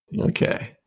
Okay